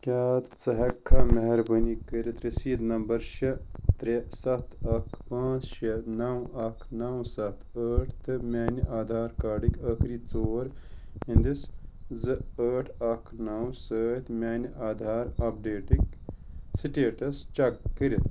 کیٛاہ ژٕ ہیٚکہٕ کھا مہربٲنی کٔرتھ رسیٖد نمبر شےٚ ترٛےٚ سَتھ اَکھ پانٛژھ شےٚ نَو اَکھ نَو سَتھ ٲٹھ تہٕ میٛانہ آدھار کارڈٕکۍ ٲخٕری ژور ہنٛدس زٕ ٲٹھ اَکھ نَو سۭتۍ میٛانہِ آدھار اپڈیٹٕکۍ سٹیٹس چیٚک کٔرتھ